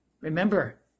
Remember